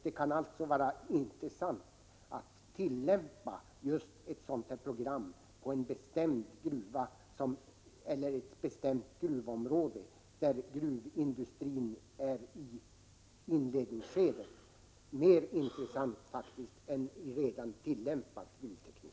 Det kan alltså vara intressant att tillämpa just ett sådant här program på ett bestämt gruvområde där gruvindustrin är i inledningsskede — faktiskt mer intressant än redan tillämpad gruvteknik.